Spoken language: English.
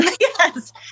Yes